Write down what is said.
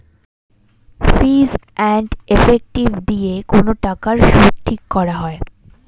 fees and effective দিয়ে কোন টাকার সুদ ঠিক করা হয়